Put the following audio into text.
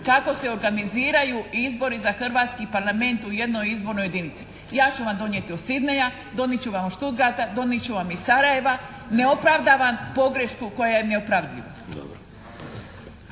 kako se organiziraju i izbori za hrvatski parlament u jednoj izbornoj jedinici? Ja ću vam donijeti od Sydneya, donijet ću vam od Stuttgarta, donijet ću vam iz Sarajeva. Ne opravdavam pogrešku koja je …/Govornik